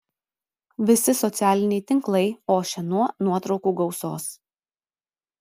visi socialiniai tinklai ošia nuo nuotraukų gausos